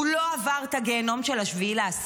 הוא לא עבר את הגיהינום של 7 באוקטובר,